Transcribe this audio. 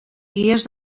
guies